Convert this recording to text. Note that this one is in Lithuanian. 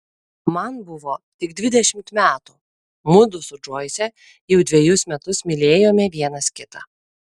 man buvo tik dvidešimt metų mudu su džoise jau dvejus metus mylėjome vienas kitą